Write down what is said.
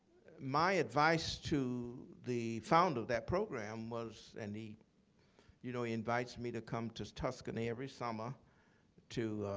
my advice to the founder of that program was and he you know invites me to come to tuscany every summer to